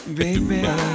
baby